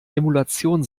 emulation